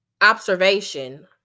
observation